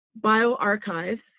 BioArchives